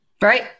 Right